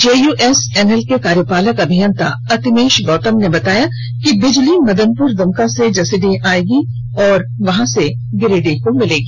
JUSNL के कार्यपालक अभियंता अतिमेश गौत्तम ने बताया कि बिजली मदनपुर दुमका से जसीडीह आयेगी और वहां से गिरिडीह को मिलेगी